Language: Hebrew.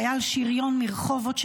חייל שריון מרחובות,